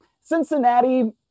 Cincinnati